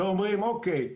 ואומרים אוקיי,